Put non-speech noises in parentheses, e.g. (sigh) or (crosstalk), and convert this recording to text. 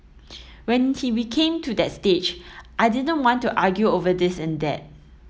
when (unintelligible) came to that stage I didn't want to argue over this and that